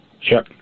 Sure